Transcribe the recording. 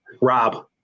Rob